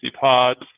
Pods